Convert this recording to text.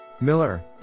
Miller